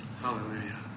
Hallelujah